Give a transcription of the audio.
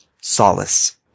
solace